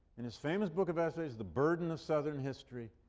in his famous book of essays, the burden of southern history.